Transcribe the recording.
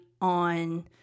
on